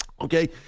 okay